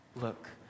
look